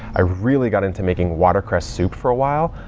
i really got into making watercress soup for awhile.